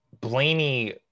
blaney